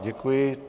Děkuji.